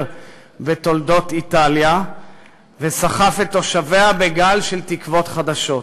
בתולדות איטליה וסחף את תושביה בגל של תקוות חדשות.